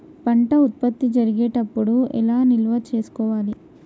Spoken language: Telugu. పంట ఉత్పత్తి జరిగేటప్పుడు ఎలా నిల్వ చేసుకోవాలి?